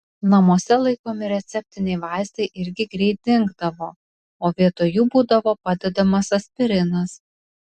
namuose laikomi receptiniai vaistai irgi greit dingdavo o vietoj jų būdavo padedamas aspirinas